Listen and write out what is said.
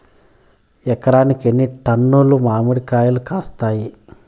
ఎకరాకి ఎన్ని టన్నులు మామిడి కాయలు కాస్తాయి?